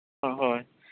ᱦᱳᱭ